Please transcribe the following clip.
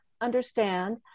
understand